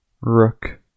Rook